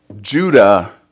Judah